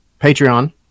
Patreon